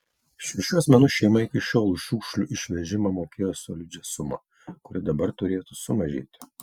šešių asmenų šeima iki šiol už šiukšlių išvežimą mokėjo solidžią sumą kuri dabar turėtų sumažėti